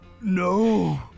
No